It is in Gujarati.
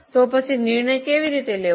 તો પછી નિર્ણય કેવી રીતે લેવો